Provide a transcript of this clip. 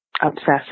obsessive